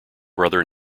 brother